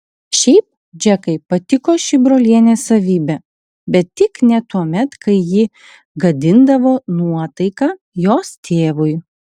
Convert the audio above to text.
šiaip džekai patiko ši brolienės savybė bet tik ne tuomet kai ji gadindavo nuotaiką jos tėvui